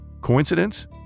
Coincidence